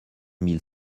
mille